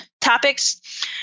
topics